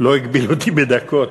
לא הגבילו אותי בדקות,